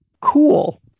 Cool